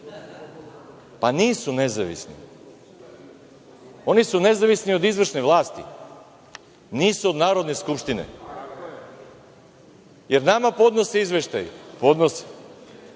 Pa nisu nezavisni, oni su nezavisni od izvršne vlasti, nisu od Narodne skupštine. Jel nama podnose izveštaj? Podnose.